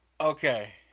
Okay